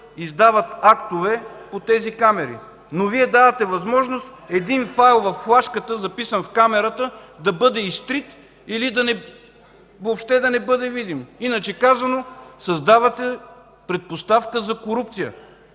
издават актове по тези камери. Вие обаче давате възможност един файл във флашката, записан в камерата, да бъде изтрит или въобще да не бъде видим. Иначе казано създавате предпоставка за корупция.